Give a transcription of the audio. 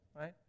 right